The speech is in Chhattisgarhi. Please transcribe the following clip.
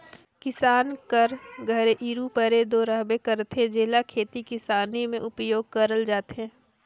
किसान कर घरे इरूपरे दो रहबे करथे, जेला खेती किसानी मे उपियोग करल जाथे